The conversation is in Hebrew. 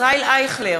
ישראל אייכלר,